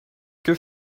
que